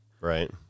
right